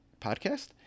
Podcast